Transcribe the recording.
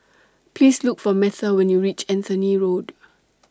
Please Look For Metha when YOU REACH Anthony Road